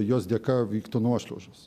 jos dėka vyktų nuošliaužos